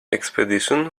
expedition